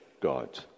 God